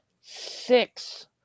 six